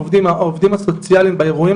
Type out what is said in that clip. אנחנו עובדים עם העובדים הסוציאליים באירועים